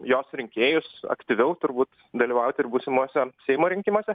jos rinkėjus aktyviau turbūt dalyvauti ir būsimuose seimo rinkimuose